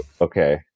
okay